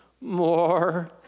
more